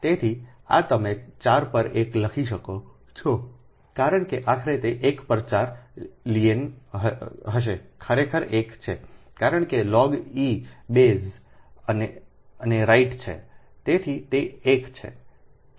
તેથી આ તમે 4 પર 1 લખી શકો છો કારણ કે આખરે તે 1 પર 4 લિએન હશે ખરેખર 1 છે કારણ કે લોગ e બેઝ અને રાઇટ છે તેથી તે 1 છે